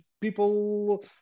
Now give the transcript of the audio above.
people